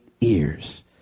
ears